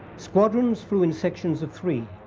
squadrons flew in sections of three,